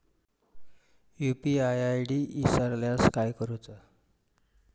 UPI ID इसरल्यास काय करुचा?